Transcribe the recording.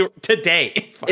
today